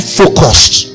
focused